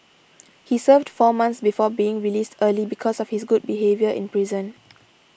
he served four months before being released early because of his good behaviour in prison